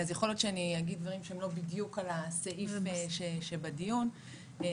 יכול להיות שאני אומר דברים שהם לא בדיוק על הסעיף שבדיון אבל